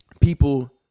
people